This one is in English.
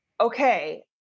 Okay